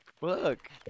Look